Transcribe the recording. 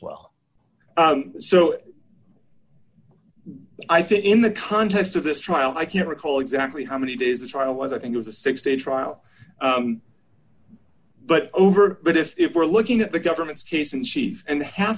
well so i think in the context of this trial i can't recall exactly how many days the trial was i think it was a six day trial but over but if we're looking at the government's case in chief and half